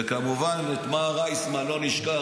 וכמובן את מר איסמן לא נשכח,